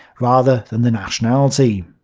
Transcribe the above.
rather than the nationality.